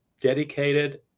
dedicated